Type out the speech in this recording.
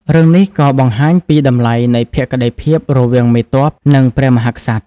រឿងនេះក៏បង្ហាញពីតម្លៃនៃភក្តីភាពរវាងមេទ័ព និងព្រះមហាក្សត្រ។